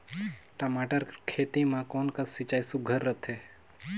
टमाटर कर खेती म कोन कस सिंचाई सुघ्घर रथे?